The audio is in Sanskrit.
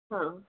हा